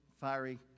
fiery